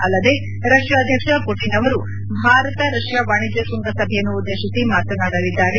ಅಲ್ಲದೆ ರಷ್ಯಾ ಅಧ್ಯಕ್ಷ ಪುಟಿನ್ ಅವರು ಭಾರತ ರಷ್ಯಾ ವಾಣಿಜ್ಯ ಶ್ವಂಗಸಭೆಯನ್ನು ಉದ್ದೇಶಿಸಿ ಮಾತನಾಡಲಿದ್ದಾರೆ